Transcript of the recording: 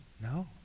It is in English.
No